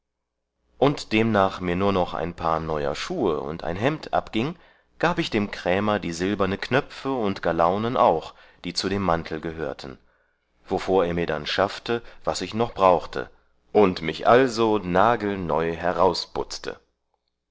und demnach mir nur noch ein paar neuer schuhe und ein hemd abgieng gab ich dem krämer die silberne knöpfe und galaunen auch die zu dem mantel gehörten wovor er mir dann schaffte was ich noch brauchte und mich also nagelneu